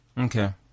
Okay